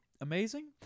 amazing